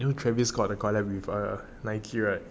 new travis scott the collab with the Nike right